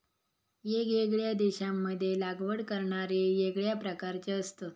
येगयेगळ्या देशांमध्ये लागवड करणारे येगळ्या प्रकारचे असतत